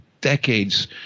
decades